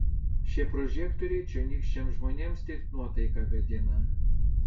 šie prožektoriai čionykščiams žmonėms tik nuotaiką gadina